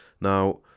Now